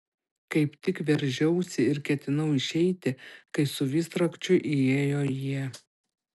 kaip tik veržiausi ir ketinau išeiti kai su visrakčiu įėjo jie